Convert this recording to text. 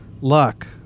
luck